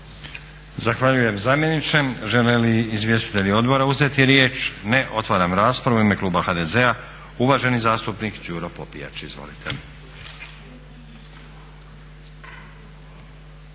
Zahvaljujem zamjeniče. Žele li izvjestitelji odbora uzeti riječ? Ne. Otvaram raspravu. U ime kluba HDZ-a uvaženi zastupnik Đuro Popijač. Izvolite.